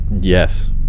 yes